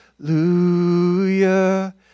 Hallelujah